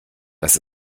das